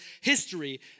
history